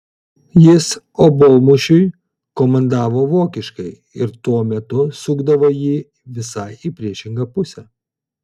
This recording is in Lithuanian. jis obuolmušiui komandavo vokiškai ir tuo metu sukdavo jį visai į priešingą pusę